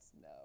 No